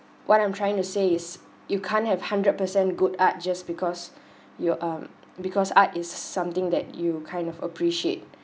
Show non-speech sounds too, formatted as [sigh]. what I'm trying to say is you can't have hundred percent good art just because [breath] your um because art is something that you kind of appreciate